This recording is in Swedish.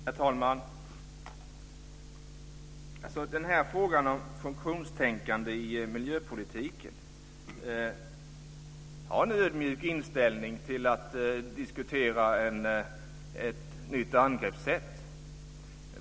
Herr talman! Beträffande frågan om funktionstänkande i miljöpolitiken har jag en ödmjuk inställning till att diskutera ett nytt angreppssätt.